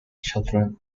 children